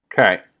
okay